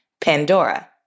Pandora